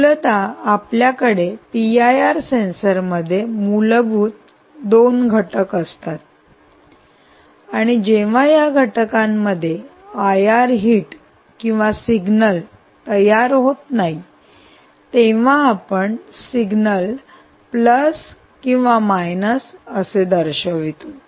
मूलत आपल्याकडे पीआयआर सेन्सरमध्ये मूलभूत 2 घटक असतात आणि जेव्हा या घटकांमध्ये आयआर हिट किंवा सिग्नल तयार होत नाही तेव्हा आपण सिग्नल प्लस किंवा मायनस असे दर्शवतो